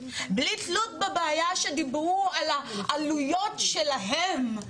בלי תלות בבעיה שדיברו על העלויות שלהם,